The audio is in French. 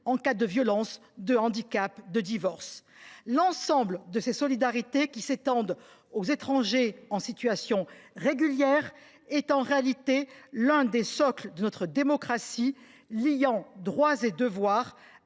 en cas de violence, de handicap, de divorce. L’ensemble de ces solidarités qui s’étendent aux étrangers en situation régulière est en réalité l’un des socles de notre démocratie, liant droits et devoirs,